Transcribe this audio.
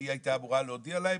שהיא הייתה אמורה להודיע להם,